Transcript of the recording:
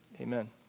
Amen